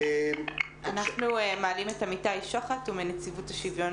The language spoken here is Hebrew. אנחנו מעלים את אמיתי שוחט מנציבות השוויון